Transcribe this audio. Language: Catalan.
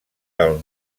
del